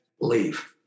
leave